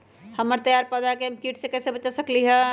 हमर तैयार पौधा के हम किट से कैसे बचा सकलि ह?